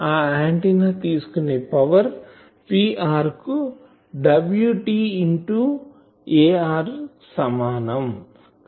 ఈ ఆంటిన్నా తీసుకునే power Pr కు Wt ఇంటూ Ar సమానం